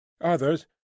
Others